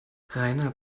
rainer